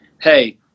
hey